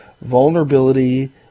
vulnerability